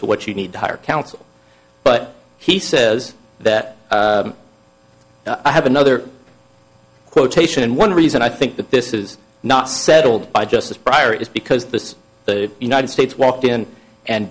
to what you need to hire counsel but he says that i have another quotation and one reason i think that this is not settled by justice prior is because this the united states walked in and